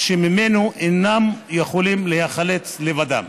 שממנו אינם יכולים להיחלץ לבדם.